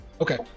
okay